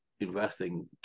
investing